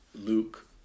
Luke